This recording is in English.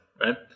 right